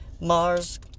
Mars